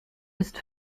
ist